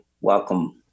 welcome